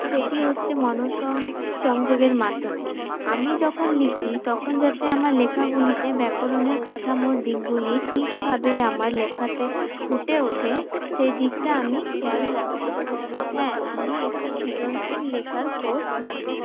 সেটি হচ্ছে মন সংযোগের মাধ্যমে আমি যখন লিখি তখন যাতে আমার লেখাগুলিতে ব্যাকরণের কাঠামোর দিকগুলি ঠিকভাবে আমার লেখাতে ফুটে ওঠে সে দিকটা আমি খেয়াল রাখি হ্যাঁ আমি একটি সৃজনশীল লেখার কোর্স নিয়েছি